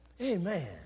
Amen